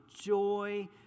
joy